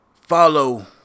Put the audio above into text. follow